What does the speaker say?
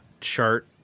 chart